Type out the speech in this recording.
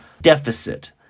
deficit